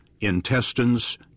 intestines